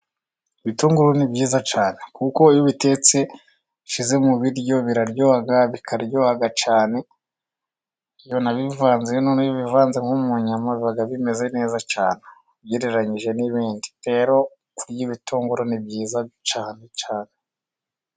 Ibitunguru ni byiza cyane kuko iyo ubitetse ushyize mu biryo biraryoha, bikaryoha cyane. Iyo wanabivanze, noneho iyo ubivanze nko mu nyama, biba bimeze neza cyane ugereranyije n'ibindi. Rero kurya ibitunguru ni byiza cyane cyane.